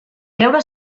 creure